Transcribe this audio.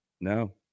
No